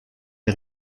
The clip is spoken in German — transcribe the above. der